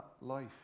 life